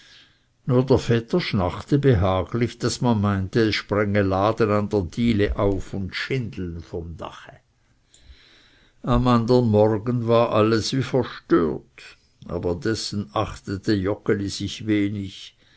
nur der vetter schnarchte behaglich daß man meinte es sprenge laden an der diele auf und schindeln vom dache am andern morgen war alles wie verstört aber dessen achtete joggeli sich wenig